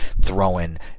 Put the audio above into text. throwing